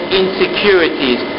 insecurities